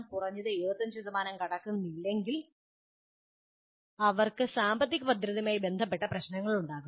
കുറഞ്ഞത് ഇത് 75 കടക്കുന്നില്ലെങ്കിൽ അവർക്ക് സാമ്പത്തിക ഭദ്രതയുമായി ബന്ധപ്പെട്ട പ്രശ്നങ്ങൾ ഉണ്ടാകും